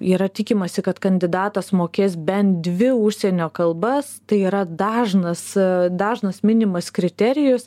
yra tikimasi kad kandidatas mokės bent dvi užsienio kalbas tai yra dažnas dažnas minimas kriterijus